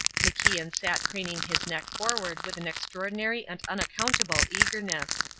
macian sat craning his neck forward with an extraordinary and unaccountable eagerness.